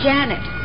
Janet